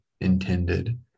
intended